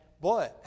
boy